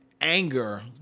anger